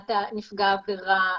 עמדת נפגע העבירה,